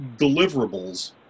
deliverables